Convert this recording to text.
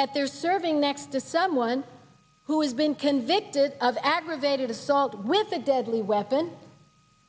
that they're serving next to someone who has been convicted of aggravated assault with a deadly weapon